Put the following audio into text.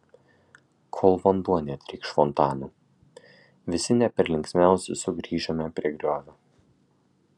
kol vanduo netrykš fontanu visi ne per linksmiausi sugrįžome prie griovio